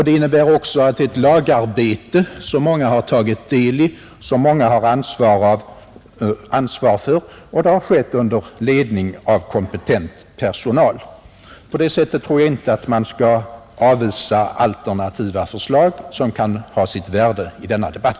Det innebär också att det är ett lagarbete som många har tagit del i och har ansvar för, och det har utförts under ledning av kompetent lärarpersonal. Jag tror inte att man på det viset skall avvisa alternativa förslag som kan ha sitt värde i denna debatt.